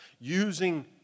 using